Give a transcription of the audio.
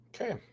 Okay